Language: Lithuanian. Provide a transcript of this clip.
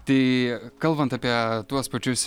tai kalbant apie tuos pačius